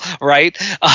right